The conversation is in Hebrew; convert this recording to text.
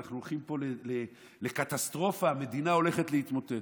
אנחנו הולכים פה לקטסטרופה, המדינה הולכת להתמוטט.